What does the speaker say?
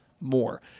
more